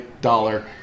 dollar